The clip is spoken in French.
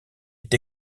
est